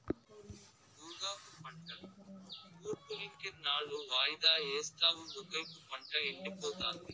గోగాకు పంట నూర్పులింకెన్నాళ్ళు వాయిదా యేస్తావు ఒకైపు పంట ఎండిపోతాంది